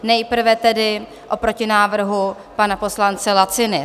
Nejprve tedy o protinávrhu pana poslance Laciny.